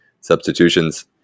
substitutions